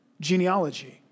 genealogy